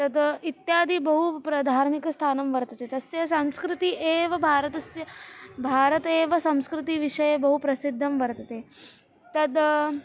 तद् इत्यादि बहु प्र धार्मिकस्थानं वर्तते तस्य संस्कृतिः एव भारतस्य भारतेव संस्कृतिविषये बहु प्रसिद्धं वर्तते तद्